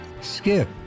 Skip